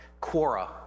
Quora